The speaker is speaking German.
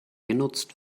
genutzt